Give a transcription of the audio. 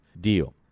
deal